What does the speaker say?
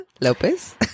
Lopez